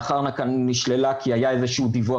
לאחר מכן נשללה כי היה איזה שהוא דיווח